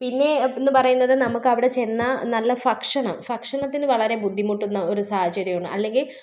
പിന്നെ എന്ന് പറയുന്നത് നമുക്കവിടെ ചെന്നാൽ നല്ല ഫക്ഷണം ഫക്ഷണത്തിന് വളരെ ബുദ്ധിമുട്ടുന്ന ഒരു സാഹചര്യമാണ് അല്ലെങ്കിൽ